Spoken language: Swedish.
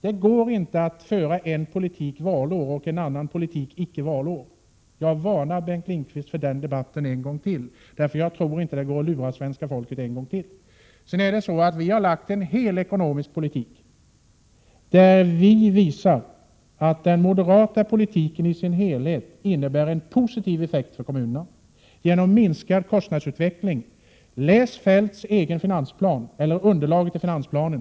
Det går inte att föra en politik valår och en annan politik icke valår. Jag varnar Bengt Lindqvist för att upprepa den debatten — jag tror inte att det går att lura svenska folket en gång till. Vi har lagt fram förslag om en fullständig ekonomisk politik, där vi visar att den moderata politiken i dess helhet leder till en positiv effekt för kommunerna genom dämpad kostnadsutveckling. Läs Feldts egen finansplan eller underlaget till finansplanen!